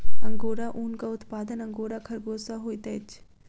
angora ऊनक उत्पादन angora खरगोश सॅ होइत अछि